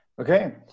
Okay